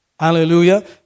Hallelujah